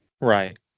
Right